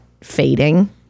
fading